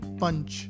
punch